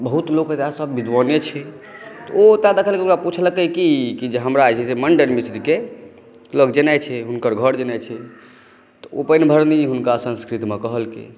बहुत लोकके सभ विद्वाने छै तऽ ओ ओतय देखलेकै ओकरा पूछलकै कि हमरा जे छै मण्डन मिश्रकें मतलब जेनाइ छै हुनकर घर जेनाइ छै तऽ ओ पानिभरनी हुनका संस्कृतमे कहलकै